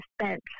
spent